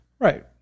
Right